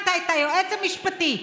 שמת את היועץ המשפטי,